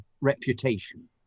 reputation